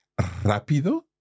rápido